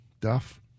Duff